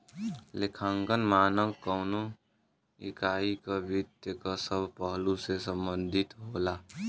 लेखांकन मानक कउनो इकाई क वित्त क सब पहलु से संबंधित होला